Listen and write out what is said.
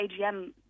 AGM